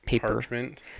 parchment